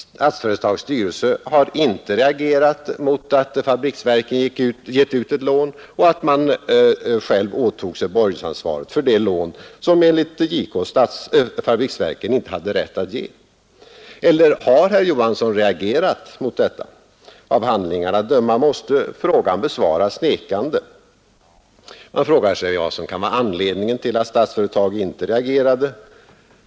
Statsföretags styrelse har inte reagerat mot att fabriksverken gett ut ett lån eller att man själv åtog sig borgensansvaret för det lån som enligt JK fabriksverken inte hade rätt att ge. Eller har herr Johansson reagerat mot detta? Av handlingarna att döma måste frågan besvaras nekande. Frågan är vad som kan vara anledningen till att Statsföretag inte reagerade.